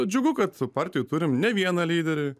džiugu kad partijoj turim ne vieną lyderį